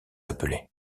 appelés